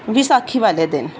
ਵਿਸਾਖੀ ਵਾਲੇ ਦਿਨ